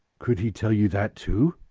could he tell you that too?